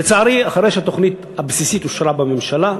לצערי, אחרי שהתוכנית הבסיסית אושרה בממשלה,